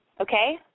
Okay